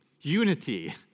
unity